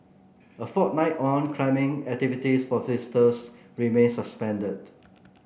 a fortnight on climbing activities for visitors remain suspended